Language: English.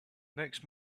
next